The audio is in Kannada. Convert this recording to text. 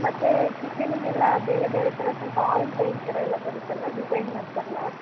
ಮತ್ತು ಕಿಚೆನ್ನಿಗೆಲ್ಲ ಬೇರೆ ಬೇರೆ ಥರ ಸ್ವಲ್ಪ ಆಯಿಲ್ ಪೈಂಟ್ ಥರ ಎಲ್ಲ ಬರುತ್ತಲ್ಲ ಡಿಸೈನ್ ಮಾಡ್ತಾರಲ್ಲ